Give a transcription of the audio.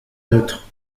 neutre